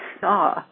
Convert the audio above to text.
saw